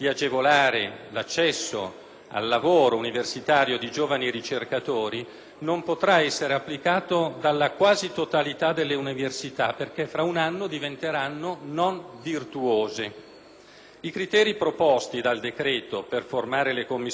al lavoro universitario di giovani ricercatori, non potrà essere applicato dalla quasi totalità delle università, perché tra un anno diventeranno non virtuose. I criteri proposti dal decreto per formare le commissioni dei concorsi, poi